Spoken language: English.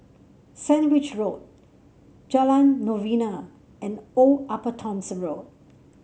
Sandwich Road Jalan Novena and Old Upper Thomson Road